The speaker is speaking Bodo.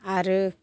आरो